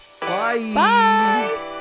Bye